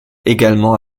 également